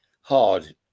hard